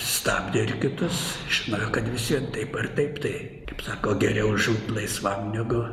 stabdė ir kitus žinojo kad visi taip ar taip tai kaip sako geriau žūt laisvam negu